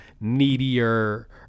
needier